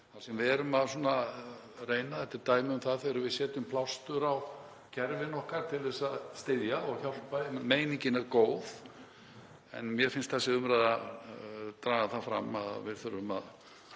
þar sem við erum svona að reyna það. Þetta er dæmi um það þegar við setjum plástur á kerfin okkar til að styðja og hjálpa — meiningin er góð. Mér finnst þessi umræða draga það fram að við þurfum að